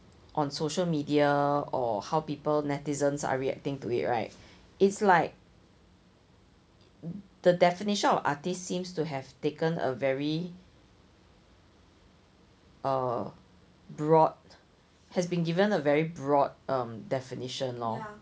on social media or how people netizens are reacting to it right it's like the definition of artist seems to have taken a very uh broad has been given a very broad um definition lor